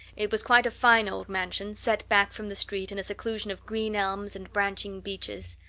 it was quite a fine old mansion, set back from the street in a seclusion of green elms and branching beeches.